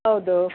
ಹೌದು